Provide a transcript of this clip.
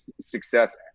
success